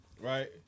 right